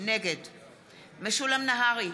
נגד משולם נהרי,